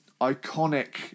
iconic